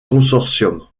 consortium